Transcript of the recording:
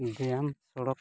ᱵᱮᱭᱟᱢ ᱥᱚᱲᱚᱠ